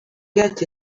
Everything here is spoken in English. get